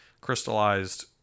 crystallized